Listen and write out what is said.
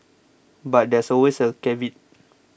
but there's always a caveat